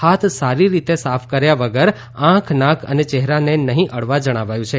હાથ સારી રીતે સાફ કર્યા વગર આંખ નાક અને ચહેરાને નહીં અડવા જણાવાયું છે